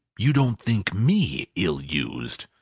you don't think me ill-used,